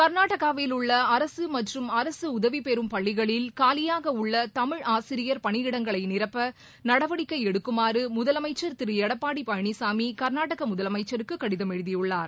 கர்நாடகாவில் உள்ள அரசு மற்றும் அரசு உதவி பெறும் பள்ளிகளில் காலியாக உள்ள தமிழ் ஆசிரியர் பணியிடங்களை நிரப்ப நடவடிக்கை எடுக்குமாறு முதலமைச்சர் திரு எடப்பாடி பழனிசாமி கர்நாடக முதலமைச்சருக்கு கடிதம் எழுதியுள்ளார்